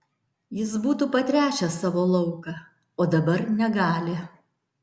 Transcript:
jis būtų patręšęs savo lauką o dabar negali